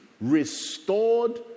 restored